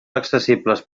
accessibles